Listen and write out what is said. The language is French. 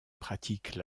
pratique